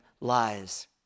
lies